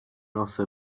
also